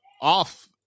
off